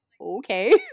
okay